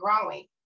growing